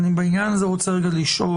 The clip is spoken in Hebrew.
בעניין הזה אני רוצה רגע לשאול,